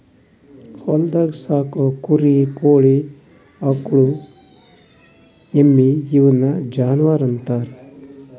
ಹೊಲ್ದಾಗ್ ಸಾಕೋ ಕುರಿ ಕೋಳಿ ಆಕುಳ್ ಎಮ್ಮಿ ಇವುನ್ ಜಾನುವರ್ ಅಂತಾರ್